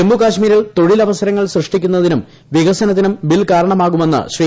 ജമ്മു കാശ്മീരിൽ തൊഴിൽ അവസരങ്ങൾ സൃഷ്ടിക്കുന്നതിനും വികസനത്തിനും ബിൽ കാരണമാകുമെന്ന് ശ്രീ